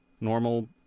normal